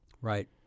right